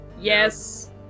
Yes